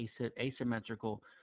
asymmetrical